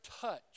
touch